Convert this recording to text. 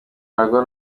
narwo